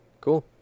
Cool